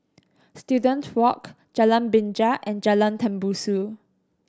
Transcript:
Student Walk Jalan Binja and Jalan Tembusu